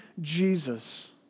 Jesus